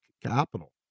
capital